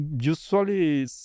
Usually